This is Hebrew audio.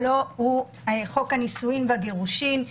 חוק הנישואין והגירושין,